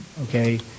okay